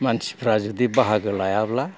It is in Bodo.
मानसिफ्रा जुदि बाहागो लायाब्ला